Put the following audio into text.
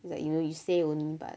it's like you know you say only but